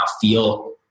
feel